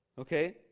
Okay